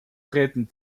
treten